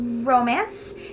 Romance